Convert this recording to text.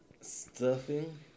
Stuffing